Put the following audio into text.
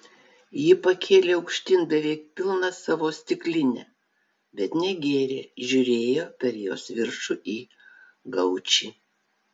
ji pakėlė aukštyn beveik pilną savo stiklinę bet negėrė žiūrėjo per jos viršų į gaučį